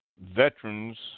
veterans